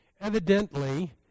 Evidently